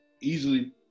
easily